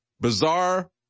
Bizarre